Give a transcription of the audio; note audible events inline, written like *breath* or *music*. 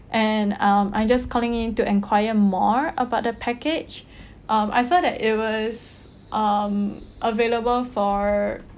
and um I'm just calling in to enquire more about the package *breath* um I saw that it was um available for